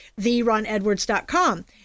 theronedwards.com